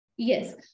Yes